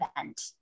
event